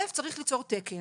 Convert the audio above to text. צריך ליצור תקן,